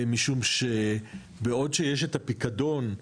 משום שבעוד שיש את הפיקדון,